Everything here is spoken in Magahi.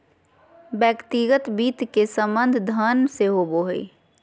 व्यक्तिगत वित्त के संबंध धन से होबो हइ